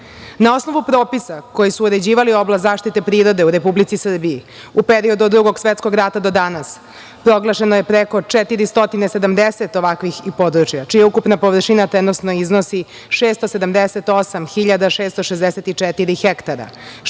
osnovu propisa koji su uređivali oblast zaštite prirode u Republici Srbiji u periodu od Drugog svetskog rata do danas, proglašeno je preko 470 ovakvih područja čija je ukupna površina trenutno iznosi 678 hiljada